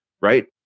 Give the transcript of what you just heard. right